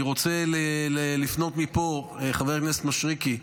אני רוצה לפנות מפה, חבר הכנסת מישרקי,